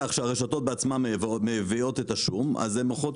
כך שהרשתות בעצמן מביאות את השום הן מוכרות